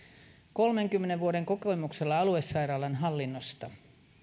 kolmenkymmenen vuoden kokemuksella aluesairaalan hallinnosta